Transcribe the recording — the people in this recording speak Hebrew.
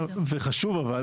וחשוב אבל,